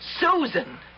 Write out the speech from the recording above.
Susan